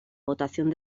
votación